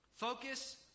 Focus